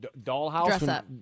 dollhouse